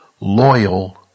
loyal